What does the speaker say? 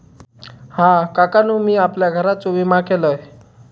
हा, काकानु मी आपल्या घराचो विमा केलंय